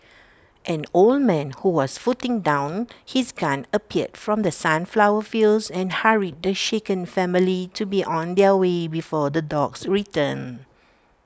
an old man who was putting down his gun appeared from the sunflower fields and hurried the shaken family to be on their way before the dogs return